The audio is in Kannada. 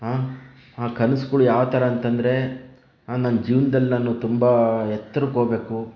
ಆ ಕನಸುಗಳು ಯಾವ ಥರ ಅಂತಂದರೆ ನನ್ನ ಜೀವನದಲ್ಲಿ ನಾನು ತುಂಬ ಎತ್ತರಕ್ಕೆ ಹೋಗಬೇಕು